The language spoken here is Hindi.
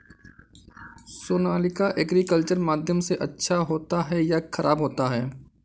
सोनालिका एग्रीकल्चर माध्यम से अच्छा होता है या ख़राब होता है?